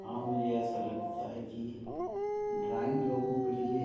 हाँ मुझे ऐसा लगता है कि ड्राइंग लोगों के लिए